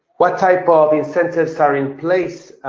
what type of incentives are in place?